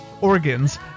organs